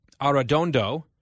Arredondo